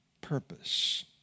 purpose